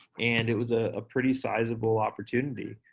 and it was a pretty sizeable opportunity,